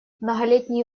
многолетние